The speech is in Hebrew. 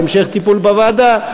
להמשך טיפול בוועדה,